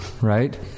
Right